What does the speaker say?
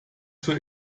zur